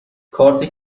کارت